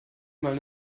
mal